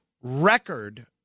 record